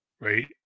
Right